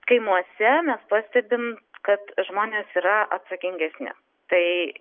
kaimuose mes pastebim kad žmonės yra atsakingesni tai